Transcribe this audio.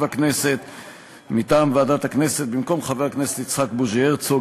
אדוני היושב-ראש,